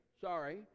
sorry